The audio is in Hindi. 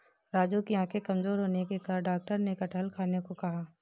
राजू की आंखें कमजोर होने के कारण डॉक्टर ने कटहल खाने को कहा